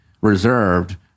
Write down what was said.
reserved